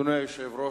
אדוני היושב-ראש,